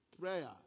prayer